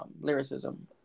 Lyricism